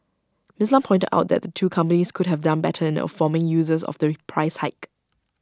miss Lam pointed out that the two companies could have done better in informing users of the reprice hike